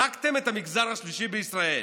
הרגתם את המגזר השלישי בישראל,